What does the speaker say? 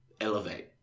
elevate